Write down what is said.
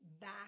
back